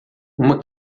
uma